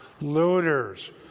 looters